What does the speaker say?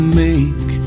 make